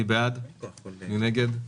ההסתייגות